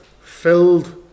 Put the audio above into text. filled